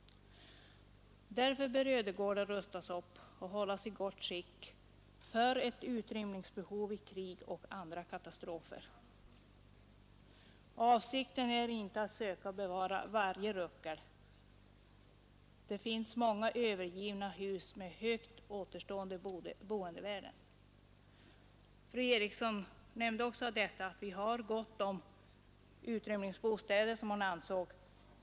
Därför bör ödegårdar rustas upp och hållas i gott skick för ett utrymningsbehov vid krig och andra katastrofer. Avsikten är inte att söka bevara varje ruckel. Det finns många övergivna hus med högt återstående boendevärde. Fru Eriksson i Stockholm nämnde också detta. Hon ansåg att vi har gott om utrymningsbostäder.